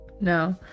No